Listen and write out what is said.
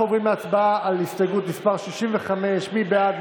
אנחנו עברים להצבעה על הסתייגות מס' 65. מי בעד?